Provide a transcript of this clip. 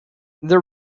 their